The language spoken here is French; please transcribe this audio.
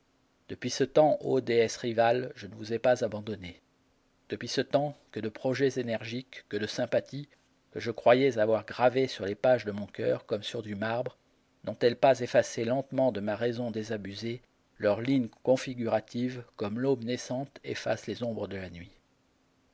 depuis ce temps ô déesses rivales je ne vous ai pas abandonnées depuis ce temps que de projets énergiques que de sympathies que je croyais avoir gravées sur les pages de mon coeur comme sur du marbre n'ont-elles pas effacé lentement de ma raison désabusée leurs lignes configuratives comme l'aube naissante efface les ombres de la nuit